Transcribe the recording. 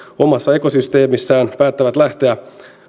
omassa ekosysteemissään päättävät lähteä